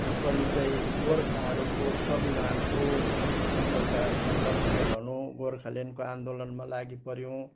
परिचय गोर्खाहरूको स्वाभिमानको एउटा संघर्ष नै भनूँ गोर्खाल्यान्डको आन्दोलनमा लागि पऱ्यौँ